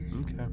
Okay